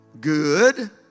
good